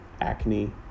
acne